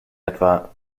etwa